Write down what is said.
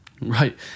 Right